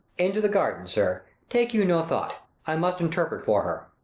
into the garden, sir take you no thought i must interpret for her.